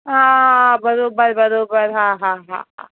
हा बराबरि बराबरि हा हा हा